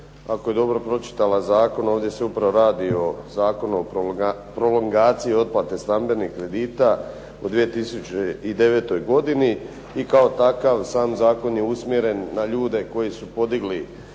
Ako je dobro pročitala zakon ovdje se upravo radi o Zakonu o prolongaciji otplate stambenih kredita u 2009. godini i kao takav sam zakon je usmjeren na ljude koji su podigli